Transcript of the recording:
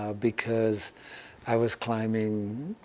ah because i was climbing,